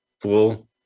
full